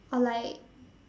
or like